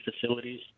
facilities